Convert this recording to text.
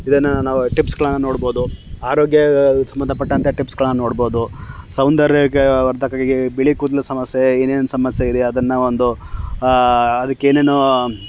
ಇದನ್ನು ನಾವು ಟಿಪ್ಸುಗಳನ್ನು ನೋಡ್ಬೋದು ಆರೋಗ್ಯ ಸಂಬಂಧಪಟ್ಟಂಥ ಟಿಪ್ಸುಗಳನ್ನು ನೋಡ್ಬೋದು ಸೌಂದರ್ಯ ವರ್ಧಕಗೆ ಬಿಳಿಕೂದಲು ಸಮಸ್ಯೆ ಏನೇನು ಸಮಸ್ಯೆ ಇದೆ ಅದನ್ನು ಒಂದು ಅದಕ್ಕೇನೇನೋ